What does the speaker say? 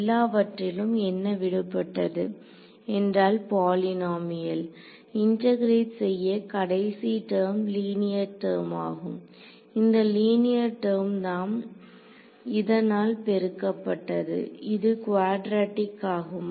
எல்லாவற்றிலும் என்ன விடுபட்டது என்றால் பாலினமியல் இன்டெகரேட் செய்ய கடைசி டெர்ம் லீனியர் டெர்ம் ஆகும் இந்த லீனியர் டெர்ம் தாம் இதனால் பெருக்கப்பட்டது இது குவாட்ரேடிக் ஆகும்